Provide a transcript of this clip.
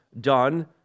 done